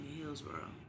Hillsboro